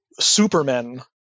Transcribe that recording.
Supermen